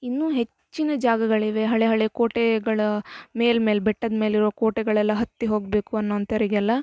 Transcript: ಇನ್ನೂ ಹೆಚ್ಚಿನ ಜಾಗಗಳಿವೆ ಹಳೆ ಹಳೆ ಕೋಟೆಗಳು ಮೇಲೆ ಮೇಲ್ ಬೆಟ್ಟದ ಮೇಲಿರೋ ಕೋಟೆಗಳೆಲ್ಲ ಹತ್ತಿ ಹೋಗ್ಬೇಕು ಅನ್ನೋ ಅಂತವರಿಗೆಲ್ಲ